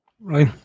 right